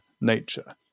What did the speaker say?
nature